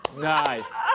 nice.